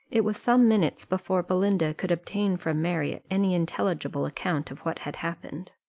it was some minutes before belinda could obtain from marriott any intelligible account of what had happened.